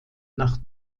nach